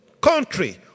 country